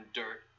dirt